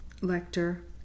lector